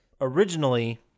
originally